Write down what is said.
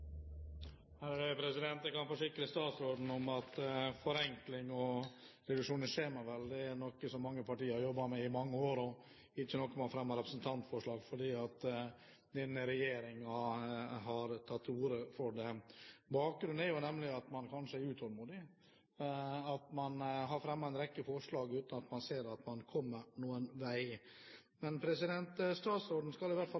for replikkordskifte. Jeg kan forsikre statsråden om at forenkling og reduksjon av skjemaveldet er noe som mange partier har jobbet med i mange år. Representantforslag er ikke noe man fremmer fordi denne regjeringen har tatt til orde for det. Bakgrunnen er at man kanskje er utålmodig, fordi man har fremmet en rekke forslag uten at man har sett at man har kommet noen vei. Men statsråden skal i hvert fall